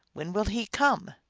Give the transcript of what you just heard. when will he come?